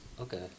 Okay